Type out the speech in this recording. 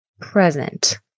present